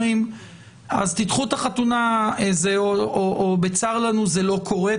אז תדחו את החתונה או בצר לנו זה לא קורה,